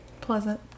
pleasant